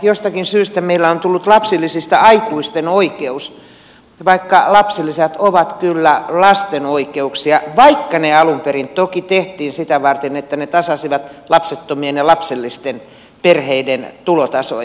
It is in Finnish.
jostakin syystä meillä on tullut lapsilisistä aikuisten oikeus vaikka lapsilisät ovat kyllä lasten oikeuksia vaikka ne alun perin toki tehtiin sitä varten että ne tasasivat lapsettomien ja lapsellisten perheiden tulotasoja